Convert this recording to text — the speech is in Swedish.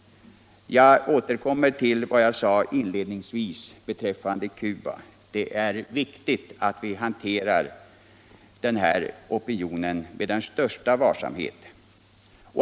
Jag återkommer till vad jag sade inledningsvis beträffande Cuba. Det är viktigt att vi hanterar den här opinionen med den största varsamhet.